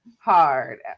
hard